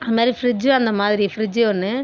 அது மாரி ஃபிரிட்ஜும் அந்த மாதிரி ஃப்ரிட்ஜ் ஒன்று